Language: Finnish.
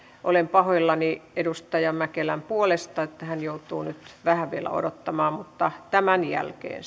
olen pahoillani edustaja mäkelän puolesta että hän joutuu nyt vähän vielä odottamaan mutta tämän jälkeen